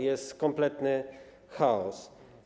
Jest kompletny chaos.